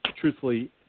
truthfully